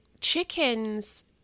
chickens